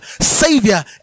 savior